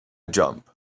jump